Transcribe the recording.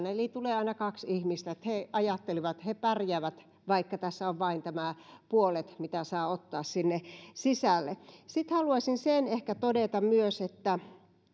eli tulee aina kaksi ihmistä he ajattelivat että he pärjäävät vaikka tässä on vain tämä puolet mitä saa ottaa sinne sisälle sitten haluaisin sen ehkä todeta myös että